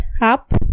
up